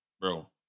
Bro